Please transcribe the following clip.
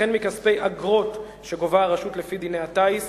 וכן מכספי אגרות שגובה הרשות לפי דיני הטיס.